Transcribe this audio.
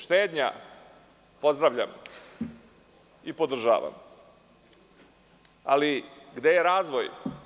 Štednja, pozdravljam i podržavam, ali gde je razvoj?